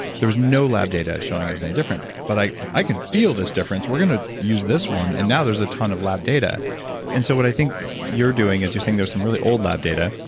there was no lab data showing that it was any different. but i like i can feel this difference. we're going to use this one. and now there's a ton of lab data and so what i think you're doing is you're saying, there's some really old lab data.